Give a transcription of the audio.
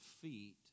feet